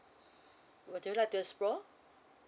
would you like to explore